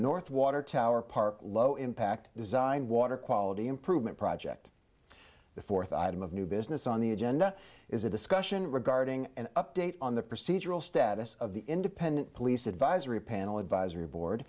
north water tower park low impact design water quality improvement project the fourth item of new business on the agenda is a discussion regarding an update on the procedural status of the independent police advisory panel advisory board